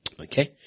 Okay